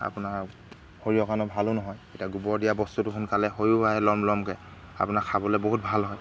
আপোনাৰ শৰীৰৰ কাৰণে ভালো নহয় এতিয়া গোবৰ দিয়া বস্তুটো সোনকালে হৈও আহে লম লমকে আপোনাৰ খাবলৈ বহুত ভাল হয়